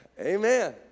amen